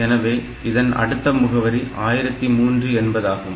எனவே இதன் அடுத்த முகவரி 1003 என்பதாகும்